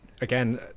again